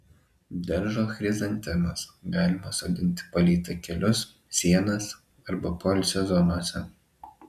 daržo chrizantemas galima sodinti palei takelius sienas arba poilsio zonose